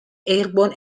airborne